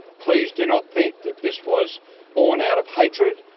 please do not think that this was born out of hatred.